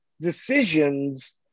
decisions